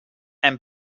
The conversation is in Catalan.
hem